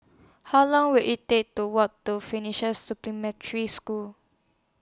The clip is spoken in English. How Long Will IT Take to Walk to Finnish Supplementary School